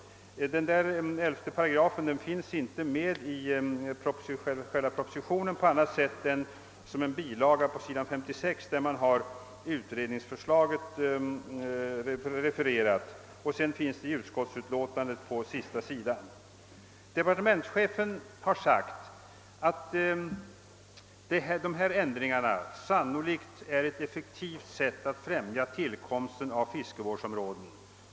— 11 8 finns inte med i propositionen annat än i en bilaga på s. 56, där utredningsförslaget refereras, och i utskottsutlåtandet återges paragrafen på sista sidan. Departementschefen har sagt att dessa ändringar sannolikt innebär ett effektivt sätt att främja tillkomsten av fiskevårdsområden.